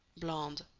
blonde